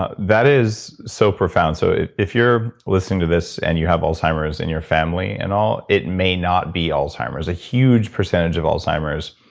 ah that is so profound. so if you're listening to this, and you have alzheimer's in your family and all, it may not be alzheimer's. a huge percentage of alzheimer's.